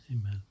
Amen